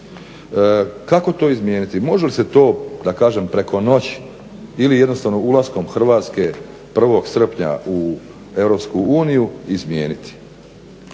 Kako to izmijeniti? Može li se to da kažem preko noći ili jednostavno ulaskom Hrvatske 1. srpnja u EU izmijeniti?